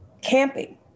camping